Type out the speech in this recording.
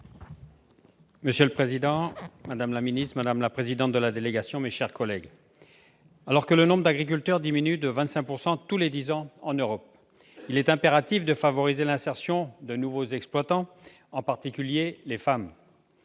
Monsieur le président, madame la secrétaire d'État, madame la présidente de la délégation, mes chers collègues, alors que le nombre d'agriculteurs diminue de 25 % tous les dix ans en Europe, il est impératif de favoriser l'insertion de nouveaux exploitants, en particulier celle des femmes.